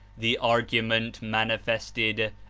the argument manifested,